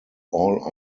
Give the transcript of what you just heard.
all